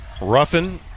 Ruffin